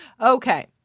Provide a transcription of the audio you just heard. Okay